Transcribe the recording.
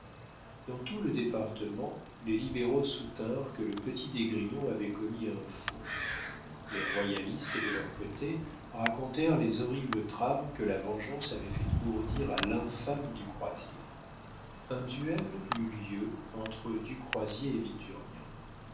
dans tout le département les libéraux soutinrent que le petit d'esgrignon avait commis un faux les royalistes de leur côté racontèrent les horribles trames que la vengeance avait fait ourdir à l'infâme du croisier un duel eut lieu entre du croisier et victurnien